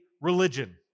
religion